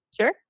Sure